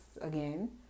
Again